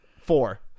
Four